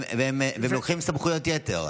הם לוקחים סמכויות יתר.